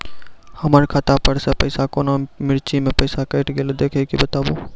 हमर खाता पर से पैसा कौन मिर्ची मे पैसा कैट गेलौ देख के बताबू?